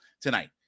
tonight